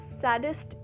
saddest